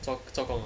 做做工 ah